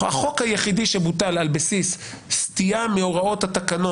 החוק היחיד שבוטל על בסיס סטייה מהוראות התקנון